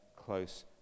close